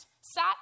sat